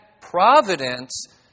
providence